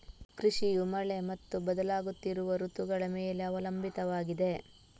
ಕೃಷಿಯು ಮಳೆ ಮತ್ತು ಬದಲಾಗುತ್ತಿರುವ ಋತುಗಳ ಮೇಲೆ ಅವಲಂಬಿತವಾಗಿದೆ